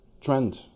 trend